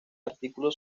artículo